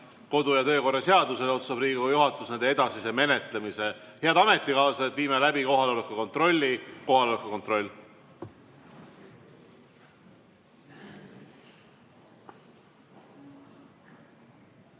kodu- ja töökorra seadusele otsustab Riigikogu juhatus nende edasise menetlemise. Head ametikaaslased, viime läbi kohaloleku kontrolli. Kohaloleku kontroll.